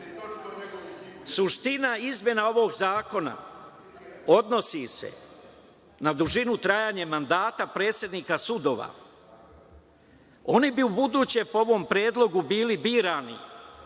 knjigu?)Suština izmena ovog zakona odnosi se na dužinu trajanja mandata predsednika sudova. Oni bi ubuduće po ovom predlogu bili birani